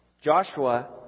Joshua